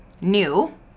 new